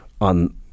on